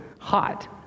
hot